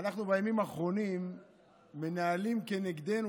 בימים האחרונים מנהלים כנגדנו,